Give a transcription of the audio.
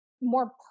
more